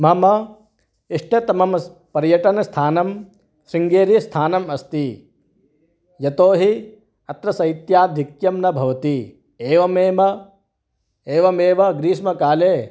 मम इष्टतमं पर्यटनस्थानं शृङ्गेरीस्थानम् अस्ति यतो हि अत्र शैत्याधिक्यं न भवति एवमेव एवमेव ग्रीष्मकाले